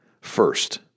first